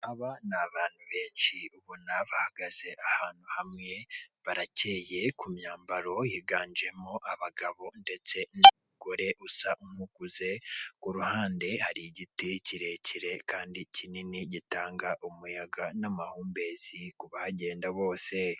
Aba ni abantu benshi ubona bahagaze ahantu hamwe, barakeye ku myambaro, higanjemo abagabo ndetse n'umugore usa nukuze, ku ruhande hari igiti kirekire kandi kinini gitanga umuyaga n'amahumbezi ku bagenda bose.